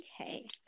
Okay